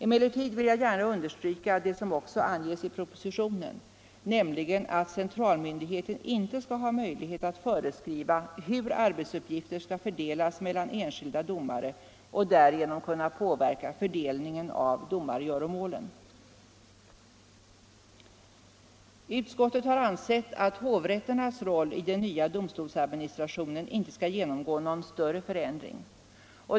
Emellertid vill jag gärna understryka det som också anges i propositionen, nämligen att centralmyndigheten inte skall ha möjlighet att föreskriva hur arbetsuppgifter skall fördelas mellan enskilda domare och därigenom kunna påverka fördelningen av domargöromålen. Utskottet har ansett att hovrätternas roll i den nya domstolsadministrationen inte skall genomgå någon större förändring.